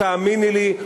ותאמיני לי,